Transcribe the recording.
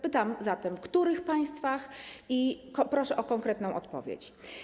Pytam zatem, w których państwach, i proszę o konkretną odpowiedź.